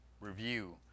review